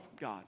God